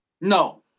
No